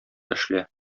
эшлә